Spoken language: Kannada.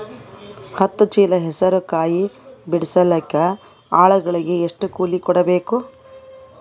ಹತ್ತು ಚೀಲ ಹೆಸರು ಕಾಯಿ ಬಿಡಸಲಿಕ ಆಳಗಳಿಗೆ ಎಷ್ಟು ಕೂಲಿ ಕೊಡಬೇಕು?